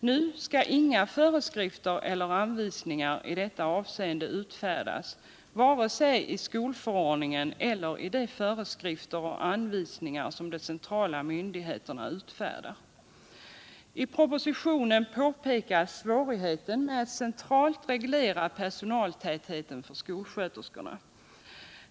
Nu skall inga föreskrifter eller anvisningar I detta avseende utfärdas vare sig i skoltörordningen eller i de föreskrifter och anvisningar som de centrala myndigheterna utfärdar. I propositionen påpekas svårigheten med att centralt reglera personaltätheten för skolsköterskorna.